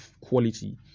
quality